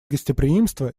гостеприимства